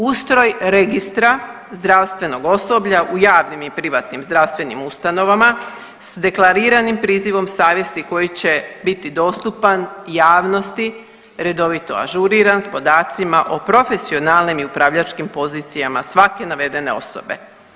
Ustroj registra zdravstvenog osoblja u javnim i privatnim zdravstvenim ustanovama sa deklariranim prizivom savjesti koji će biti dostupan javnosti redovito ažuriran s podacima o profesionalnim i upravljačkim pozicijama svake navedene osobe.